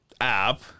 app